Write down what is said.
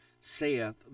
saith